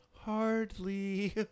Hardly